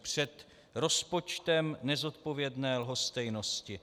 Před rozpočtem nezodpovědné lhostejnosti.